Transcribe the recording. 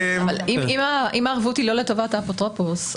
אבל אם הערבות היא לא לטובת האפוטרופוס,